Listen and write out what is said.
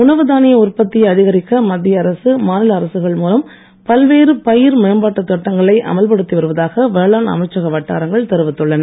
உணவுத் தானிய உற்பத்தியை அதிகரிக்க மத்திய அரசு மாநில அரசுகள் மூலம் பல்வேறு பயிர் மேம்பாட்டுத் திட்டங்களை அமல்படுத்தி வருவதாக வேளாண் அமைச்சக வட்டாரங்கள் தெரிவித்துள்ளன